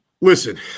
listen